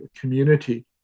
community